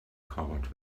covered